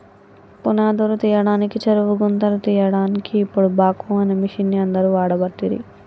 పునాదురు తీయడానికి చెరువు గుంతలు తీయడాన్కి ఇపుడు బాక్వో అనే మిషిన్ని అందరు వాడబట్టిరి